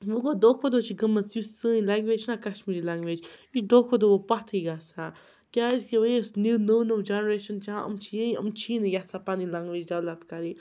وۄنۍ گوٚو دۄہ کھۄتہٕ دۄہ چھِ گٔمٕژ یُس سٲنۍ لٮ۪نٛگویج چھِنا کشمیٖری لنٛگویج یہِ چھِ دۄہ کھۄتہٕ دۄہ وۄنۍ پَتھٕے گژھان کیٛازِکہِ وۄنۍ یُس نِو نوٚو نوٚو جنریشَن چھِ یِم چھِ یِم چھی نہٕ یَژھان پَنٕنۍ لنٛگویج ڈٮ۪ولَپ کَرٕںۍ